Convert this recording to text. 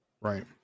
Right